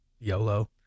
YOLO